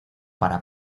para